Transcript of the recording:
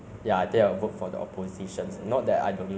you know like maybe I want a